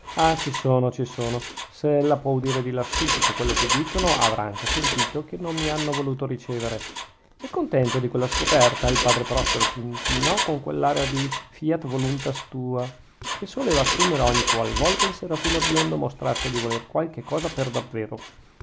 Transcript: ah ci sono ci sono se ella può udire di lassù tutto quello che dicono avrà anche sentito che non mi hanno voluto ricevere e contento di quella scoperta il padre prospero s'inchinò con quell'aria di fiat voluntas tua che soleva assumere ogni qual volta il serafino biondo mostrasse di voler qualche cosa per davvero